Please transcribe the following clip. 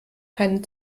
keinen